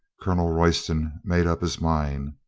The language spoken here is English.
colonel royston made up his mind.